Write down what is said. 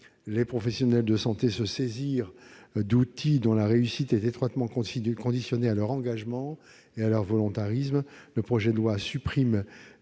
les professionnels de santé se saisir d'outils dont la réussite est étroitement conditionnée à leur engagement et à leur volontarisme. Le projet de loi supprime